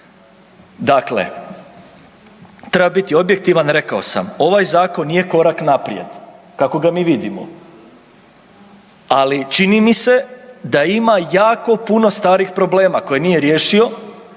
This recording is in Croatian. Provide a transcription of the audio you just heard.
Dakle, treba biti objektivan. Rekao sam, ovaj Zakon je korak naprijed, kako ga mi vidimo, ali čini mi se da ima jako puno starih problema koje nije riješio,